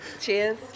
Cheers